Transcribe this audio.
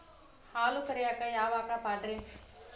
ಹಾಲು ಕರಿಯಾಕ ಯಾವ ಆಕಳ ಪಾಡ್ರೇ?